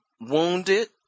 wounded